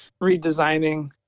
redesigning